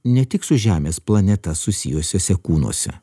ne tik su žemės planeta susijusiuose kūnuose